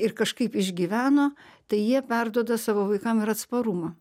ir kažkaip išgyveno tai jie perduoda savo vaikam ir atsparumą